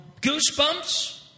goosebumps